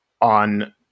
on